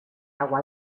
agua